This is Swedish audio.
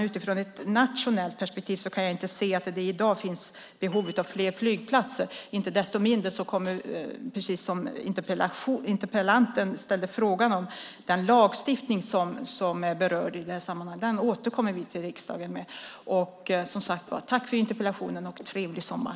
Utifrån ett nationellt perspektiv kan jag dock inte se att det i dag finns behov av fler flygplatser. Icke desto mindre återkommer vi till riksdagen med den lagstiftning som är berörd i det här sammanhanget och som interpellanten ställde frågan om. Tack för interpellationen och trevlig sommar!